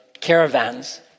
caravans